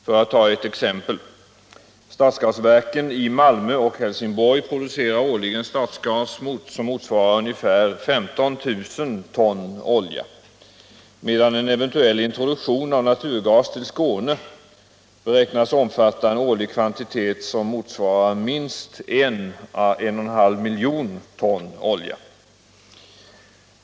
För att ta ett exempel: Stadsgasverken i Malmö och Helsingborg producerar årligen stadsgas som motsvarar ungefär 15 000 ton olja, medan en eventuell introduktion av naturgas till Skåne beräknas omfatta en årlig kvantitet som motsvarar minst 1 å 1,5 milj. ton olja.